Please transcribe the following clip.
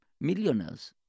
millionaires